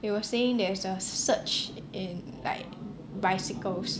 they were saying there'e a surge in like bicycles